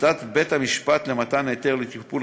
החלטת בית-המשפט למתן היתר לטיפול